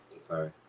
sorry